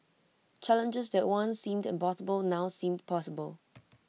challenges that once seemed impossible now seem possible